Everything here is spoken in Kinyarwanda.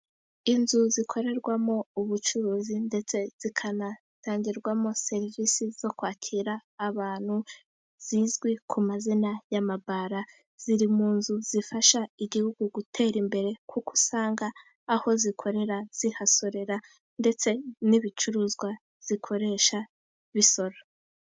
Inzu zikorerwamo ubucuruzi ndetse zikanatangirwamo serivisi zo kwakira abantu zizwi ku mazina y'amabara, ziri mu nzu zifasha igihugu gutera imbere kuko usanga aho zikorera zihasorera, ndetse n'ibicuruzwa zikoresha bisora.